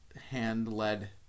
hand-led